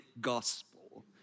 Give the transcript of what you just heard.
gospel